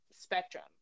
spectrum